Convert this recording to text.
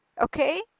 Okay